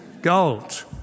gold